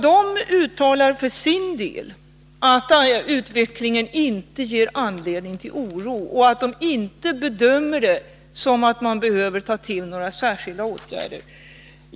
De uttalar för sin del att utvecklingen inte ger anledning till oro och att de inte bedömer det så, att man behöver ta till särskilda åtgärder.